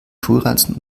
schulranzen